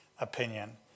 opinion